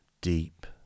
deep